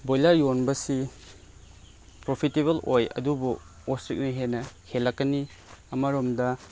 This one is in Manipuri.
ꯕꯣꯏꯂꯔ ꯌꯣꯟꯕꯁꯤ ꯄ꯭ꯔꯣꯐꯤꯇꯦꯕꯜ ꯑꯣꯏ ꯑꯗꯨꯕꯨ ꯑꯣꯁꯇ꯭ꯔꯤꯁꯅ ꯍꯦꯟꯅ ꯍꯦꯜꯂꯛꯀꯅꯤ ꯑꯃꯔꯣꯝꯗ